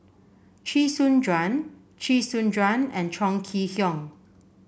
Chee Soon Juan Chee Soon Juan and Chong Kee Hiong